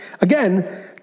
again